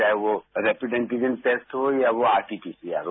चारे वह rapid antigen test हो या वो आरटीपीसीआर हो